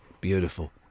beautiful